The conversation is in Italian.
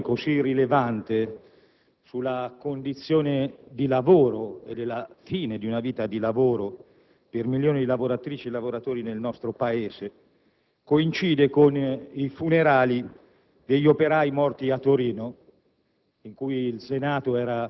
una coincidenza questa discussione così rilevante sulla condizione di lavoro e sulla fine di una vita di lavoro per milioni di lavoratrici e lavoratori nel Paese